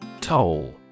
Toll